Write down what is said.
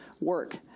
work